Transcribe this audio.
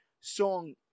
song